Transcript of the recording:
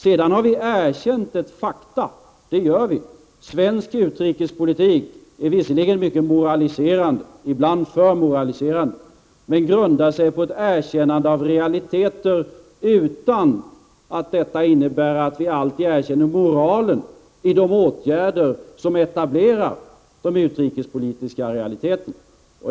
Vi har erkänt ett faktum. Det gör vi. Svensk utrikespolitik är visserligen mycket moralisk — ibland alltför moralisk — men grundar sig på ett erkännande av realiteter, utan att det innebär att vi alltid erkänner moralen i de åtgärder som etablerar de utrikespolitiska realiteterna.